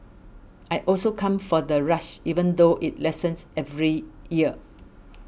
I also come for the rush even though it lessens every year